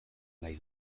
nahi